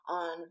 on